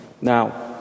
Now